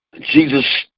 Jesus